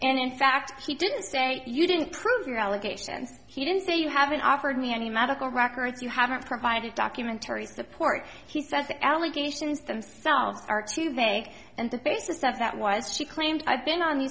and in fact she didn't say you didn't prove your allegations she didn't say you haven't offered me any medical records you haven't provided documentary support he says the allegations themselves are too big and the basis of that was she claimed i've been on